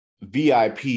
VIP